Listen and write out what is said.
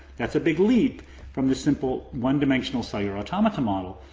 that's a big leap from the simple one dimensional cellular automata model.